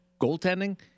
goaltending